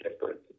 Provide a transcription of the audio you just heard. different